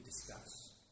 Discuss